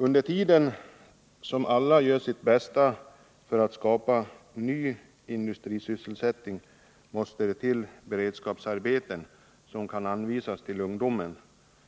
Under tiden som alla gör sitt bästa för att skapa ny industrisysselsättning måste det till beredskapsarbeten som kan anvisas ungdomarna